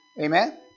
Amen